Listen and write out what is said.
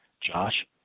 Josh